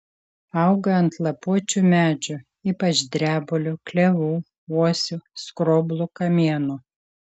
auga ant lapuočių medžių ypač drebulių klevų uosių skroblų kamienų